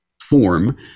form